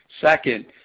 Second